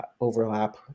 overlap